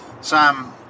Sam